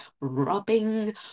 rubbing